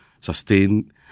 sustain